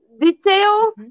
detail